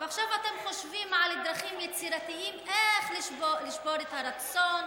ועכשיו אתם חושבים על דרכים יצירתיות איך לשבור את הרצון,